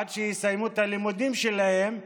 עד שיסיימו את הלימודים שלהם,